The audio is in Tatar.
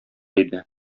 иде